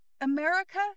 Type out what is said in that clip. America